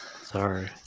Sorry